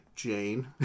Jane